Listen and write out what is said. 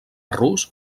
rus